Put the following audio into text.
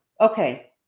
okay